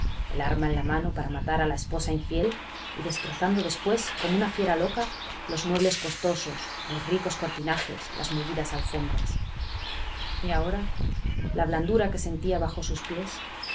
el arma en la mano para matar a la esposa infiel y destrozando después como una fiera loca los muebles costosos los ricos cortinajes las mullidas alfombras y ahora la blandura que sentía bajo sus pies